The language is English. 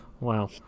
wow